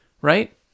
right